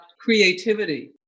creativity